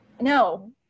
No